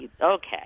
okay